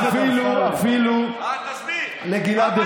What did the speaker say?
בארצות הברית.